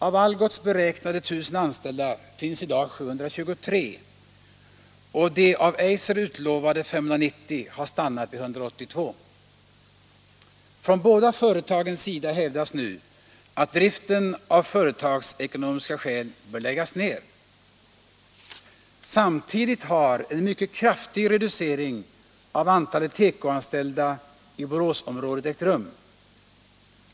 Av de för Algots beräknade 1 000 anställda finns i dag 723, och de av Eiser utlovade 590 har stannat vid 182. Från båda företagens sida hävdas nu att driften av företagsekonomiska skäl bör läggas ner. Samtidigt har en mycket kraftig reducering av antalet tekoanställda i Boråsområdet ägt rum.